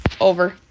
over